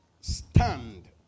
stand